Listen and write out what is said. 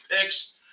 picks